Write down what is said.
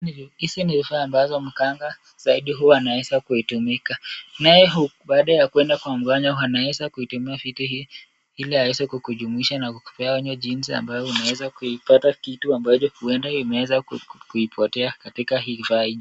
Hizi ni vifaa ambazo makanga, zaidi huwa anaweza kuitumika, naye hu, baada ya kuenda kwa mganyo, anaweza kuitumia futi hii, ili aweze kukujumuisha na kukupea onyo jinsi unaweza kuipata kitu ambacho huenda imeweza kuipotea katika hii vaiji.